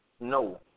No